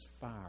fire